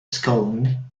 scone